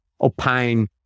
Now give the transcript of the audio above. opine